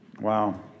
Wow